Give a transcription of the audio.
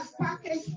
package